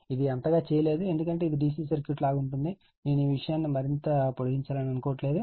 ఇది అంతగా చేయలేదు ఎందుకంటే ఇది DC సర్క్యూట్ వలె ఉంటుంది నేను ఈ విషయాన్ని మరింత పొడిగించాలని అనుకోవడం లేదు